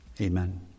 Amen